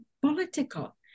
political